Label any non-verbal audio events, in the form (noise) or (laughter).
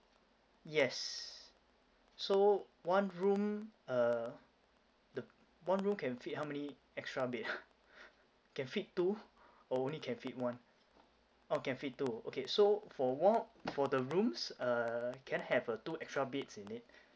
yes so one room uh the one room can fit how many extra bed ah (breath) can fit two or only can fit one oh can fit two okay so for wall~ for the rooms uh can I have uh two extra beds in it